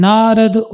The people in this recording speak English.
Narad